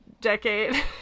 decade